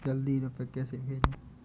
जल्दी रूपए कैसे भेजें?